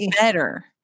better